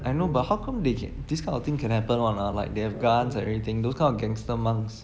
I know but how come they can this kind of thing can happen [one] ah like they have guns and everything those kind of gangster monks